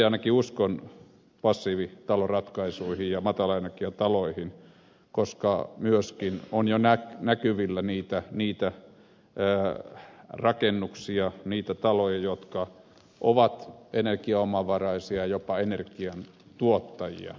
itse ainakin uskon passiivitaloratkaisuihin ja matalaenergiataloihin koska nyt on jo näkyvillä sellaisia rakennuksia niitä taloja jotka ovat energiaomavaraisia jopa energiantuottajia